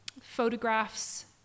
photographs